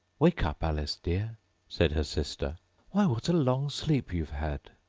wake up, alice dear said her sister why, what a long sleep you've had